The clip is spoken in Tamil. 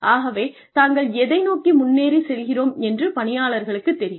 ஆகவே தாங்கள் எதை நோக்கி முன்னேறிச் செல்கிறோம் என்று பணியாளர்களுக்குத் தெரியும்